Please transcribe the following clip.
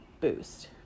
boost